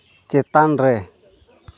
ᱪᱮᱛᱟᱱ ᱨᱮ